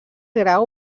grau